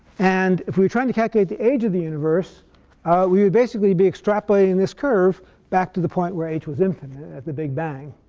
and if we're trying to calculate the age of the universe we would basically be extrapolating this curve back to the point where h was infinite the big bang.